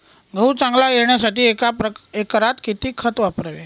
गहू चांगला येण्यासाठी एका एकरात किती खत वापरावे?